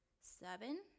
seven